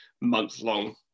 month-long